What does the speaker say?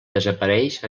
desapareix